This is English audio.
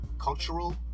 Cultural